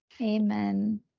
Amen